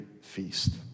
feast